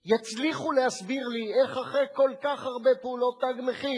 יצליחו להסביר לי איך אחרי כל כך הרבה פעולות "תג מחיר"